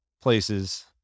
places